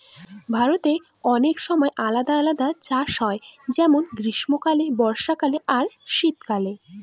ভারতে অনেক সময় আলাদা আলাদা চাষ হয় যেমন গ্রীস্মকালে, বর্ষাকালে আর শীত কালে